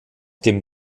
dem